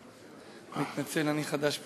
טוב, מתנצל, אני חדש פה.